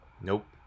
Nope